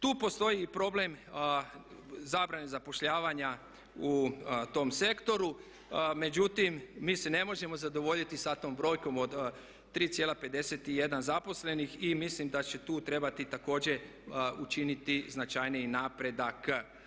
Tu postoji i problem zabrane zapošljavanja u tom sektoru, međutim mi se ne možemo zadovoljiti sa tom brojkom od 3,51 zaposlenih i mislim da će tu trebati također učiniti značajniji napredak.